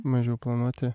mažiau planuoti